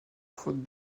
faute